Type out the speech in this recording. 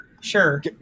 sure